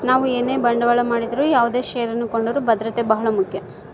ನಾವು ಏನೇ ಬಂಡವಾಳ ಮಾಡಿದರು ಯಾವುದೇ ಷೇರನ್ನು ಕೊಂಡರೂ ಭದ್ರತೆ ಬಹಳ ಮುಖ್ಯ